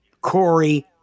Corey